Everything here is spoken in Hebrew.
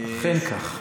אכן כך.